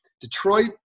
Detroit